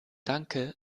danke